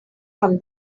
from